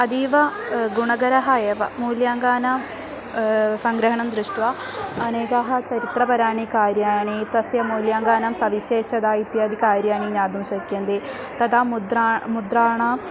अतीव गुणकरः एव मूल्याङ्कानां सङ्ग्रहणं दृष्ट्वा अनेकाः चरित्रपराणि कार्याणि तस्य मूल्याङ्कानां सविशेषता इत्यादिकार्याणि ज्ञातुं शक्यन्ते तथा मुद्रा मुद्राणां